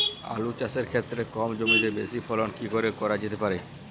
আলু চাষের ক্ষেত্রে কম জমিতে বেশি ফলন কি করে করা যেতে পারে?